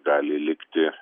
gali likti